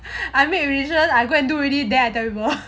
I made decision I do already then I tell you go